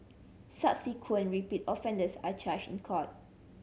subsequent repeat offenders are charged in court